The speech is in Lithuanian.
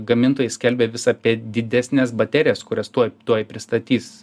gamintojai skelbia vis apie didesnes baterijas kurias tuoj tuoj pristatys